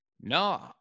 No